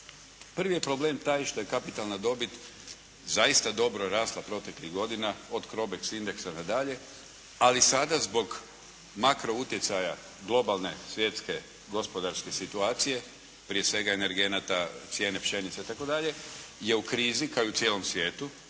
Prvi je problem taj što je kapitalna dobit zaista dobro rasla proteklih godina od Crobex Indexa na dalje, ali sada zbog makro utjecaja globalne svjetske gospodarske situacije prije svega energenata, cijene pšenice itd. je u krizi kao i u cijelom svijetu,